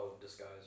Disguise